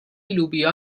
لوبیا